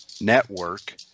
network